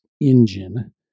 engine